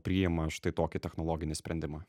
priima štai tokį technologinį sprendimą